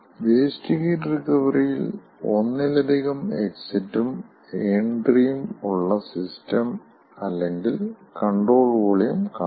waste heat റിക്കവറിയിൽ ഒന്നിലധികം എക്സിറ്റും എൻട്രിയും ഉള്ള സിസ്റ്റം അല്ലെങ്കിൽ കൺട്രോൾ വോളിയം കാണാം